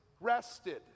rested